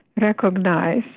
recognize